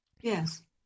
yes